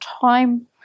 time